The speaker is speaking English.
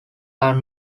are